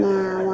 Now